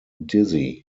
dizzy